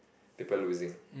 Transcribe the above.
paper losing